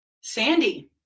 Sandy